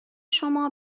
شما